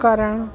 करण